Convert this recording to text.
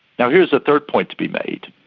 now, here's a third point to be made.